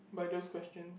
by those questions